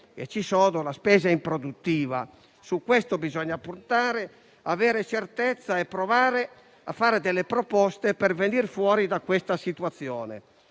e ci sono - e la spesa improduttiva. Su questo bisogna puntare: avere certezza e provare a fare delle proposte per venir fuori da questa situazione.